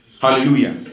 Hallelujah